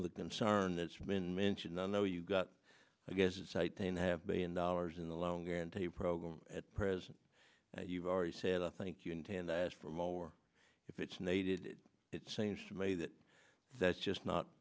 of the concern that's been mentioned i know you've got i guess it's i think have been dollars in the loan guarantee program at present and you've already said i think you intend i asked for more if it's needed it seems to me that that's just not